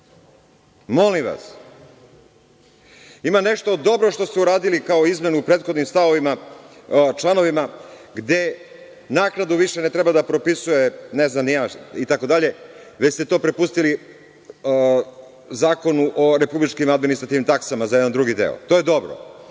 fakturisanjem? Ima nešto dobro što ste uradili kod izmena u prethodnim članovima gde naknadu više ne treba da propisuje ne znam ni ja itd, već ste to prepustili Zakonu o republičkim administrativnim taksama za jedan drugi deo. To je dobro.